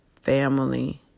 family